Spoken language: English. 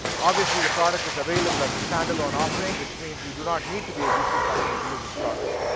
obviously, the product is available as a standalone offering, which means you do not need to be a g suite customer to use this product.